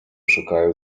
szukają